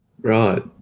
Right